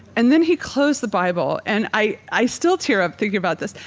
and then he closed the bible and i i still tear up thinking about this.